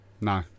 No